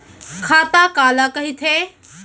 खाता काला कहिथे?